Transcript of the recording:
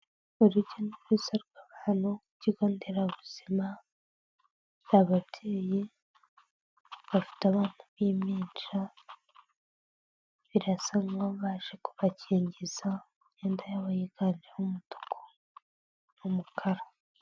Urujya n'uruza rw'abantu ku kigo nderabuzima, ababyeyi bafite abana b'impinja birasa nkaho baje kubakingiza imyenda yabo yiganjemo umutuku n'umukara.